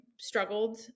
struggled